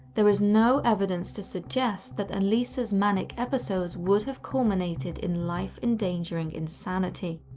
there is no evidence to suggest that elisa's manic episodes would have culminated in life-endangering insanity.